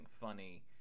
funny